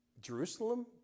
Jerusalem